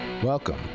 Welcome